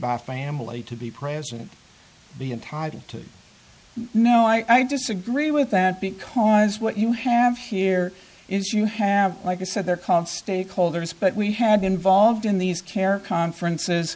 by family to be present be entitled to know i disagree with that because what you have here is you have like i said they're called stakeholders but we had been involved in these care conferences